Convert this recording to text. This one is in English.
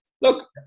Look